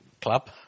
club